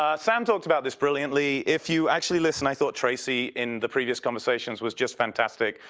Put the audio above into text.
ah sam talked about this brilliantly. if you actually listen i thought tracy in the previous conversation was just fantastic.